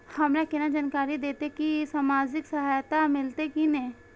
हमरा केना जानकारी देते की सामाजिक सहायता मिलते की ने?